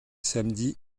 samedis